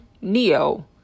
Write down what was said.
Neo